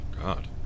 god